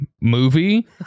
movie